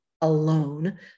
alone